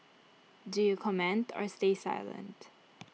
do you comment or stay silent